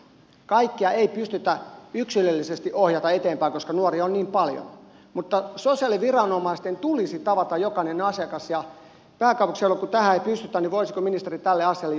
kaikkia ei pystytä yksilöllisesti ohjaamaan eteenpäin koska nuoria on niin paljon mutta sosiaaliviranomaisten tulisi tavata jokainen asiakas ja kun pääkaupunkiseudulla tähän ei pystytä voisiko ministeri tälle asialle jotakin tehdä